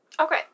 Okay